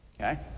Okay